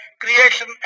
creation